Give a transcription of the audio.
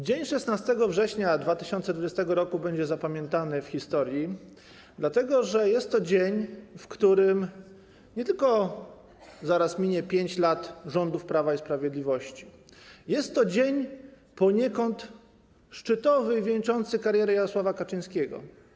Dzień 16 września 2020 r. będzie zapamiętany w historii, dlatego że jest to dzień, po którym nie tylko zaraz minie 5 lat rządów Prawa i Sprawiedliwości, ale i jest to dzień poniekąd szczytowy i wieńczący karierę Jarosława Kaczyńskiego.